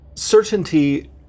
Certainty